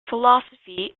philosophy